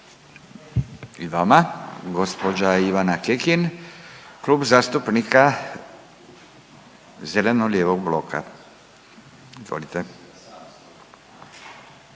I vama. Gospođa Ivana Kekin Klub zastupnika zeleno-lijevog bloka. Izvolite.